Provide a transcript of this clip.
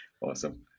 awesome